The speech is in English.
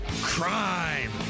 Crime